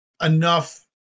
enough